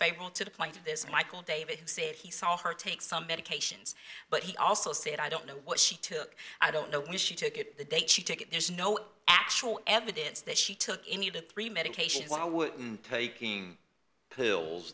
favorable to the point of this michael david said he saw her take some medications but he also said i don't know what she took i don't know when she took it the day she took it there's no actual evidence that she took any of the three medications i wouldn't taking pills